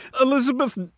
Elizabeth